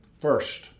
First